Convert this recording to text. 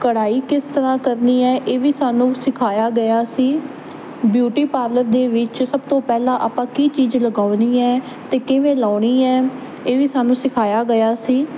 ਕੜਾਈ ਕਿਸ ਤਰ੍ਹਾਂ ਕਰਨੀ ਹੈ ਇਹ ਵੀ ਸਾਨੂੰ ਸਿਖਾਇਆ ਗਿਆ ਸੀ ਬਿਊਟੀ ਪਾਰਲਰ ਦੇ ਵਿੱਚ ਸਭ ਤੋਂ ਪਹਿਲਾਂ ਆਪਾਂ ਕੀ ਚੀਜ਼ ਲਗਾਉਣੀ ਹੈ ਤੇ ਕਿਵੇਂ ਲਾਉਣੀ ਹੈ ਇਹ ਵੀ ਸਾਨੂੰ ਸਿਖਾਇਆ ਗਿਆ ਸੀ